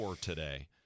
today